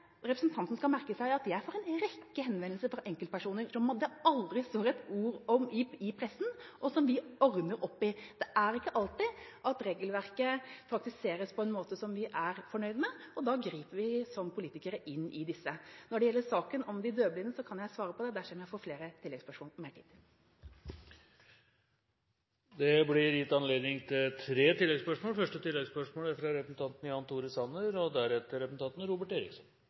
får en rekke henvendelser fra enkeltpersoner som det aldri står et ord om i pressen, som vi ordner opp i. Det er ikke alltid at regelverket praktiseres på en måte som vi er fornøyd med, og da griper vi som politikere inn i disse sakene. Når det gjelder saken om de døvblinde, kan jeg svare på det dersom jeg får flere tilleggsspørsmål. Det blir gitt anledning til tre oppfølgingsspørsmål – først representanten Jan Tore Sanner.